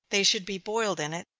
they should be boiled in it,